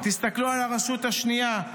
תסתכלו על הרשות השנייה.